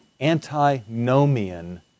antinomian